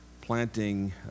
planting